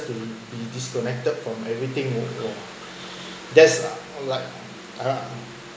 to be disconnected from everything uh ya that's uh like err